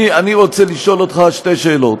אני רוצה לשאול אותך שתי שאלות.